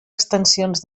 extensions